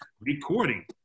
recording